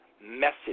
message